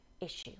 issue